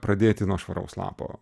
pradėti nuo švaraus lapo